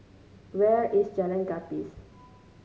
where is Jalan Gapis